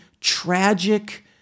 tragic